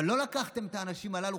אבל לא לקחתם את האנשים הללו,